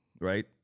right